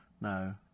No